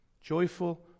Joyful